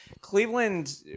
Cleveland